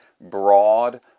broad